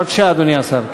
בבקשה, אדוני השר.